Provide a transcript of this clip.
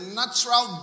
natural